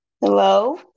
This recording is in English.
Hello